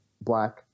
black